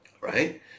right